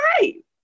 right